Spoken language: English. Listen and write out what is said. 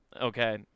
Okay